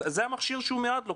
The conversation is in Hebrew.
זה המכשיר שמיועד לו.